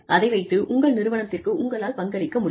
அதை வைத்து உங்கள் நிறுவனத்திற்கு உங்களால் பங்களிக்க முடியும்